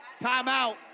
Timeout